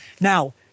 Now